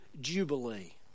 jubilee